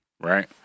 right